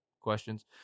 questions